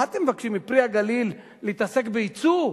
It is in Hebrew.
מה אתם מבקשים מ"פרי הגליל" להתעסק בייצוא?